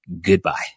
goodbye